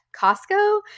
Costco